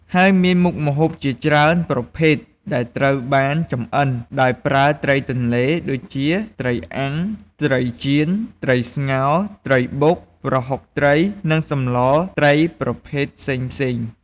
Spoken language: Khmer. ហើយមានមុខម្ហូបជាច្រើនប្រភេទដែលត្រូវបានចម្អិនដោយប្រើត្រីទន្លេ ដូចជាត្រីអាំង ត្រីចៀន ត្រីស្ងោរ ត្រីបុក ប្រហុកត្រី និងសម្លត្រីប្រភេទផ្សេងៗ។